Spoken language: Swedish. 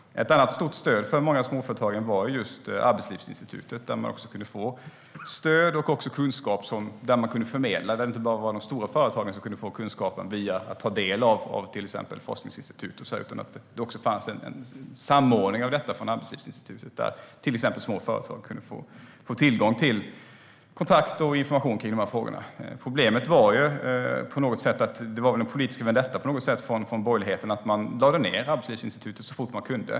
Ett annat stort stöd för många småföretagare var just Arbetslivsinstitutet som kunde förmedla stöd och kunskap. Det var inte bara de stora företagen som kunde få ta del av forskning, utan det fanns en samordning av detta hos Arbetslivsinstitutet där små företag kunde få tillgång till kontakter och information kring dessa frågor. Problemet var ju en form av politisk vendetta när man lade ned Arbetslivsinstitutet så fort man kunde.